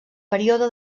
període